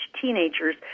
Teenagers